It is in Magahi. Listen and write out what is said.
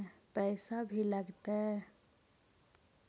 पैसा भी लगतय?